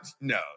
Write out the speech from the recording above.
No